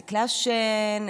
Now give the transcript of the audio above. להפסיק לעשן,